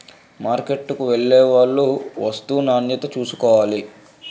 మార్కెట్కు వెళ్లేవాళ్లు వస్తూ నాణ్యతను చూసుకోవాలి